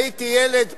הייתי ילד פה.